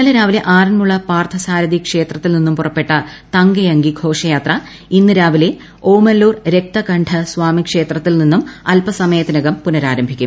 ഇന്നലെ രാവിലെ ആറന്മുള പാർത്ഥ സാരഥി ക്ഷേത്രത്തിൽ നിന്നും പുറപ്പെട്ട തങ്ക അങ്കി ഘോഷയാത്ര ഇന്ന് രാവിലെ ഓമല്ലൂർ രക്തകണ്ഠ സ്വാമിക്ഷേത്രത്തിൽ നിന്നും അൽപ്പസമയത്തിനകം പുനഃരാരംഭിക്കും